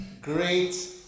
great